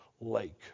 lake